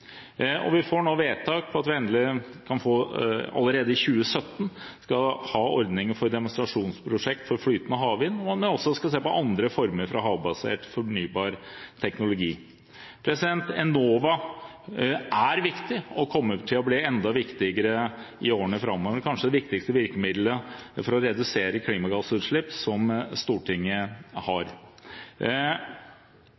Vi får nå vedtak på at vi allerede i 2017 kan ha ordninger for demonstrasjonsprosjekter for flytende havvind, og at vi også skal se på andre former for havbasert fornybar teknologi. Enova er viktig og kommer til å bli enda viktigere i årene framover, det er kanskje det viktigste virkemiddelet for å redusere klimagassutslipp som Stortinget